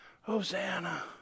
Hosanna